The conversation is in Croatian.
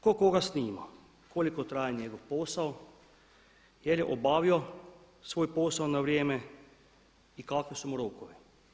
Ko koga snima, koliko traje njegov posao jel je obavio svoj posao na vrijeme i kakvi su mu rokovi?